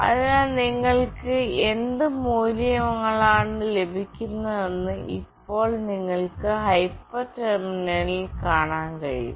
അതിനാൽ നിങ്ങൾക്ക് എന്ത് മൂല്യങ്ങളാണ് ലഭിക്കുന്നതെന്ന് ഇപ്പോൾ നിങ്ങൾക്ക് ഹൈപ്പർ ടെർമിനലിൽ കാണാൻ കഴിയും